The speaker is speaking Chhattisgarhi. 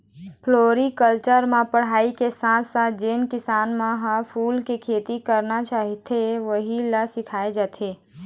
फ्लोरिकलचर म पढ़ाई के साथे साथ जेन किसान मन ह फूल के खेती करना चाहथे वहूँ ल सिखाए जाथे